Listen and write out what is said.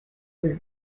with